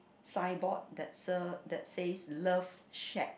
signboard that se~ that says love shack